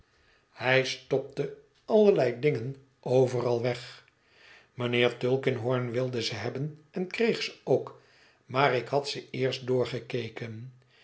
hij stopte allerlei dingen overal weg mijnheer tulkinghorn wilde ze hebben en kreeg ze ook maar ik had ze eerst doorgekeken